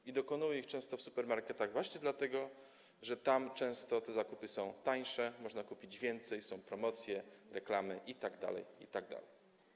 I dokonują ich często w supermarketach właśnie dlatego, że tam często te zakupy są tańsze, można kupić więcej, są promocje, reklamy itd., itd.